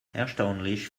erstaunlich